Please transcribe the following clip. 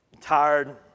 tired